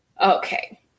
Okay